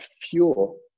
fuel